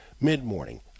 mid-morning